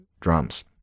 drums